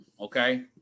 Okay